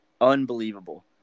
Unbelievable